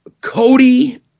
Cody